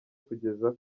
kugeza